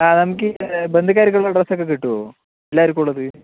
ആ നമുക്ക് ബന്ധുക്കാർക്കുള്ള ഡ്രെസ്സൊക്കെ കിട്ടുമോ എല്ലാവർക്കും ഉള്ളത്